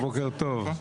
בוקר טוב.